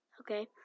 Okay